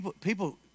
people